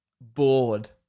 bored